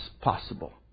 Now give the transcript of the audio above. possible